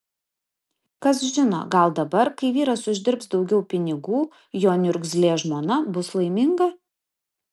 kas žino gal dabar kai vyras uždirbs daugiau pinigų jo niurzglė žmona bus laiminga